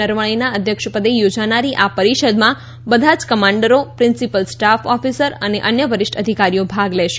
નરવણેના અધ્યક્ષપદે થોજાનારી આ પરીષદમાં બધા જ કમાન્ડરો પ્રિન્સિપલ સ્ટાફ ઓફિસર અને અન્ય વરિષ્ઠ અધિકારીઓ ભાગ લેશે